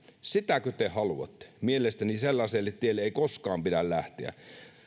sitäkö te haluatte mielestäni sellaiselle tielle ei koskaan pidä lähteä